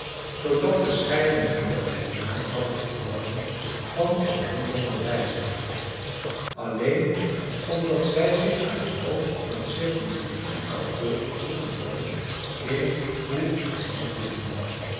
zoodat verscheidene lords den naam hadden verworven van een wonder van wijsheid alleen omdat zij zich aan het hoofd van het c k geoefend hadden in hoe iets niet te doen